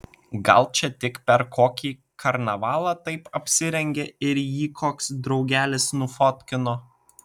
gal čia tik per kokį karnavalą taip apsirengė ir jį koks draugelis nufotkino